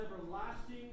everlasting